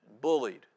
bullied